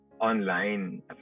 online